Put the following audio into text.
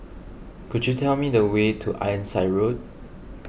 could you tell me the way to Ironside Road